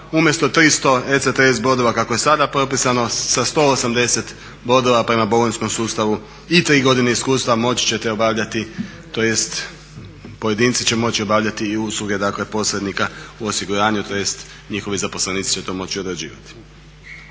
umjesto 300 ECTS bodova kako je sada propisano sa 180 bodova prema bolonjskom sustavu i tri godine iskustva moći ćete obavljati, tj. pojedinci će moći obavljati i usluge dakle posrednika u osiguranju tj. njihovi zaposlenici će to moći odrađivati.